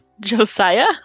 Josiah